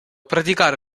praticare